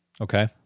Okay